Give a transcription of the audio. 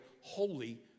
Holy